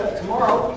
tomorrow